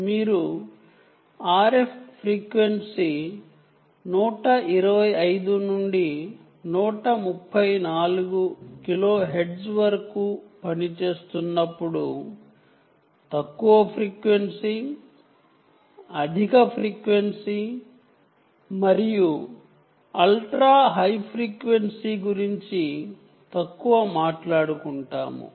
మీరు RF frequency 125 నుండి 134 kilohertz వరకు పనిచేస్తున్నప్పుడు లో ఫ్రీక్వెన్సీ హై ఫ్రీక్వెన్సీ మరియు అల్ట్రా హై ఫ్రీక్వెన్సీ గురించి తక్కువ మాట్లాడుకుంటాము